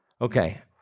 Okay